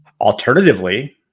Alternatively